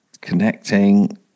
Connecting